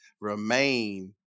remain